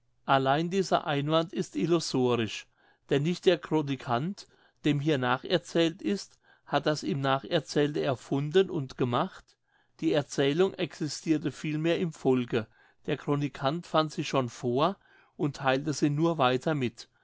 allein dieser einwand ist illusorisch denn nicht der chronikant dem hier nacherzählt ist hat das ihm nacherzählte erfunden und gemacht die erzählung existirte vielmehr im volke der chronikant fand sie schon vor und theilte sie nur weiter mit